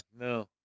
no